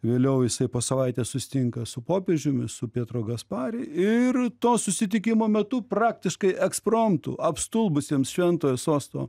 vėliau jisai po savaitės susitinka su popiežiumi su pietro gaspari ir to susitikimo metu praktiškai ekspromtu apstulbusiems šventojo sosto